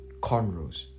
cornrows